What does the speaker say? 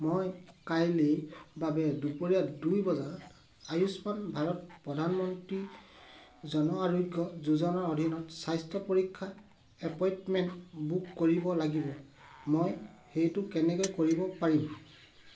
মই কাইলৈৰ বাবে দুপৰীয়া দুই বজাত আয়ুষ্মান ভাৰত প্ৰধানমন্ত্ৰী জন আৰোগ্য যোজনাৰ অধীনত স্বাস্থ্য পৰীক্ষাৰ এপইণ্টমেণ্ট বুক কৰিব লাগিব মই সেইটো কেনেকৈ কৰিব পাৰিম